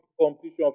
competition